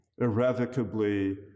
irrevocably